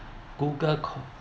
google call